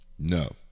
No